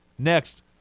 Next